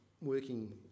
working